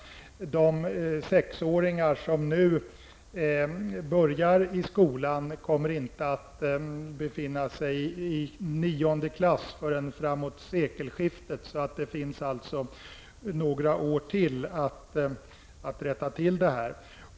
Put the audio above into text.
De sexåringar som nu börjar i skolan kommer inte att befinna sig i nionde klassen förrän framåt sekelskiftet. Man har alltså några år på sig för att rätta till det här.